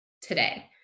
today